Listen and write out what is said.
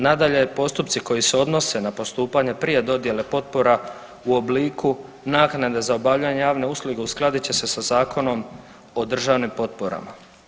Nadalje, postupci koji se odnose na postupanje prije dodijele potpora u obliku naknade za obavljanje javne usluge uskladit će se sa Zakonom o državnim potporama.